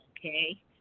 okay